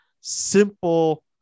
simple